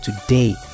today